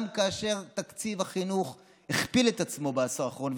גם כאשר תקציב החינוך הכפיל את עצמו בעשור האחרון,